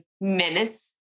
menace